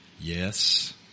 Yes